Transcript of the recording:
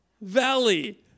valley